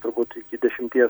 turbūt iki dešimties